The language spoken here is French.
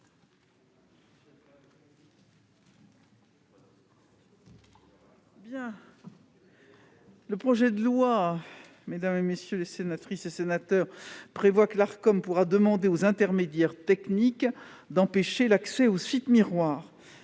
Le projet de loi prévoit que l'Arcom pourra demander aux intermédiaires techniques d'empêcher l'accès aux sites miroirs.